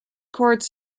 courts